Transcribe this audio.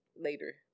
later